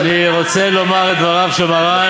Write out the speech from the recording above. אני רוצה לומר את דבריו של מרן.